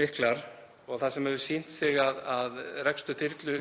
miklar og það sem hefur sýnt sig er að rekstur þyrlu